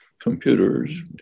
computers